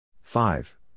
five